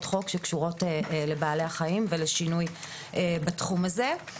חוק שקשורות לבעלי החיים ולשינוי בתחום הזה.